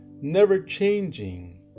never-changing